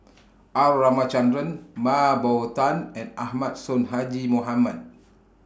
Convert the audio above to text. R Ramachandran Mah Bow Tan and Ahmad Sonhadji Mohamad